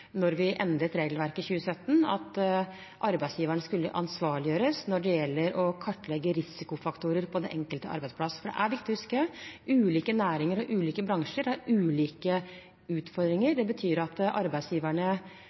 arbeidsgiveren skulle ansvarliggjøres når det gjelder å kartlegge risikofaktorer på den enkelte arbeidsplass. Det er viktig å huske at ulike næringer og ulike bransjer har ulike utfordringer. Det betyr at de enkelte arbeidsgiverne